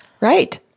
Right